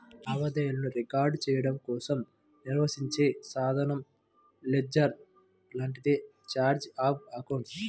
లావాదేవీలను రికార్డ్ చెయ్యడం కోసం నిర్వహించే సాధారణ లెడ్జర్ లాంటిదే ఛార్ట్ ఆఫ్ అకౌంట్స్